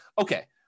okay